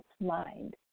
mind